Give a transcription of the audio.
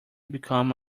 become